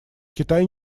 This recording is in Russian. китай